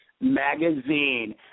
magazine